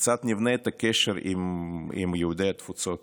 וכיצד נבנה את הקשר עם יהודי התפוצות.